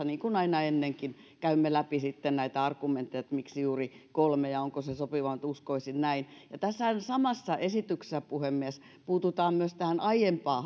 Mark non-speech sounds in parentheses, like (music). (unintelligible) niin kuin aina ennenkin käymme läpi sitten näitä argumentteja miksi juuri kolme ja onko se sopiva mutta uskoisin näin tässä samassa esityksessähän puhemies puututaan myös aiempaan (unintelligible)